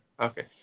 Okay